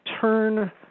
turn